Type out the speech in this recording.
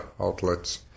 outlets